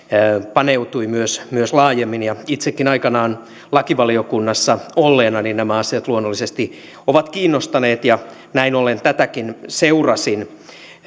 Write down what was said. paneutui myös myös laajemmin ja itsekin aikanaan lakivaliokunnassa olleena nämä asiat luonnollisesti ovat kiinnostaneet ja näin ollen tätäkin seurasin